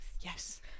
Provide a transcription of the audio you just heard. Yes